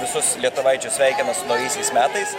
visus lietuvaičius sveikina su naujaisiais metais